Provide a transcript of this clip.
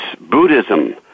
Buddhism